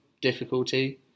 difficulty